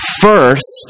first